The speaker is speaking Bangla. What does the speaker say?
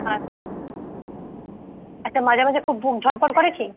আর একটা মাঝে মাঝে খুব বুক ধড়ফড় করে কি